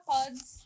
Pods